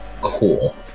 cool